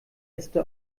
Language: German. äste